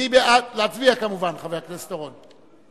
להצביע כמובן, חבר הכנסת אורון?